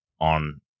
on